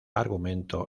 argumento